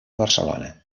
barcelona